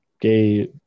gay